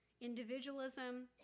individualism